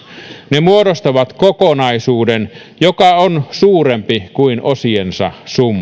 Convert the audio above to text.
ne muodostavat kokonaisuuden joka on suurempi kuin osiensa summa